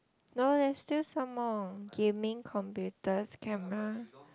no leh still some more gaming computers camera